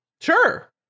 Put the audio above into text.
Sure